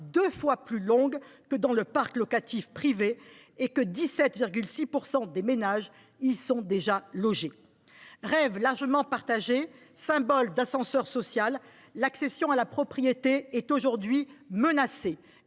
deux fois plus longue que dans le parc locatif privé et que 17,6 % des ménages y sont déjà logés. Rêve largement partagé, symbole d’ascenseur social, l’accession à la propriété est aujourd’hui menacée